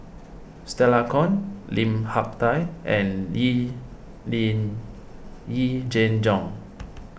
Stella Kon Lim Hak Tai and Yee Jenn Jong